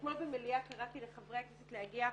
אתמול במליאה קראתי לחברי הכנסת להגיע,